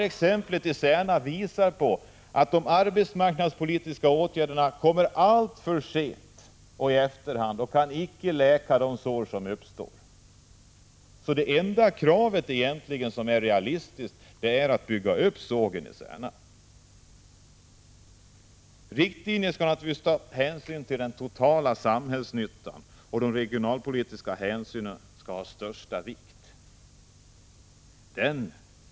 Exemplet i Särna visar dessutom på att de arbetsmarknadspolitiska åtgärderna sätts in alltför sent och att de därför icke kan läka de sår som uppstått. Det enda realistiska kravet är därför att bygga upp sågen igen. Riktlinjerna för den statliga verksamheten skall naturligtvis vara att man måste ta hänsyn till den totala samhällsnyttan, och de regionalpolitiska hänsynen skall ha största vikt.